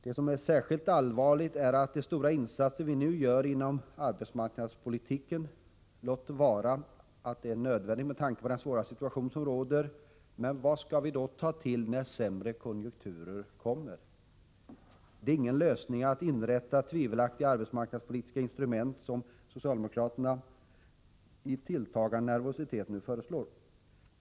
Det som är särskilt allvarligt är de stora insatser som vi nu gör inom arbetsmarknadspolitiken — låt vara att de är nödvändiga med tanke på den svåra situation som råder. Men vad skall vi ta till när det blir sämre konjunkturer? Det är ingen lösning att inrätta tvivelaktiga arbetsmarknadspolitiska instrument, som socialdemokraterna till följd av tilltagande nervositet nu föreslår.